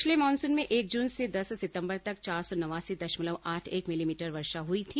पिछले मानसून में एक जून से दस सितम्बर तक चार सौ नवासी दशमलव आठ एक मिलिमीटर वर्षा हुई थी